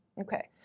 Okay